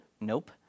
Nope